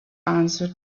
answered